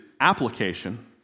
application